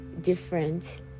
different